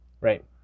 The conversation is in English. Right